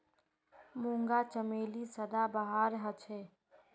मूंगा चमेली सदाबहार हछेक